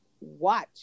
watch